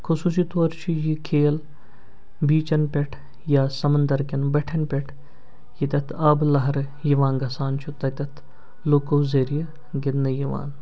خصوٗصی طور چھُ یہِ کھیل بیٖچَن پٮ۪ٹھ یا سَمنٛدَر کٮ۪ن بٹھٮ۪ن پٮ۪ٹھ یَتٮ۪تھ آبہٕ لہرٕ یِوان گژھان چھُ تَتٮ۪تھ لوٗکَو ذٔریعہِ گِنٛدنہٕ یِوان